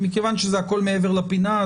ומכיוון שהכול מעבר לפינה,